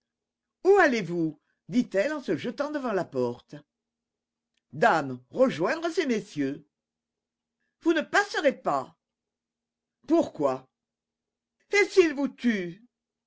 où allez-vous dit-elle en se jetant devant la porte dame rejoindre ces messieurs vous ne passerez pas pourquoi et s'ils vous tuent